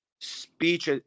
speech